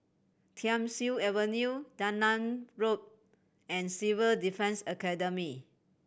Thiam Siew Avenue Dunman Road and Civil Defence Academy